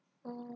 oh